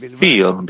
feel